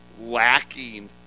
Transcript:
lacking